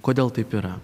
kodėl taip yra